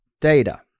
data